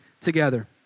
together